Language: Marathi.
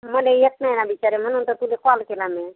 मला येत नाही ना बिचाऱ्या म्हणून तर तुला कॉल केला मी